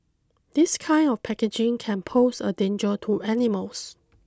this kind of packaging can pose a danger to animals